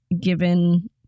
given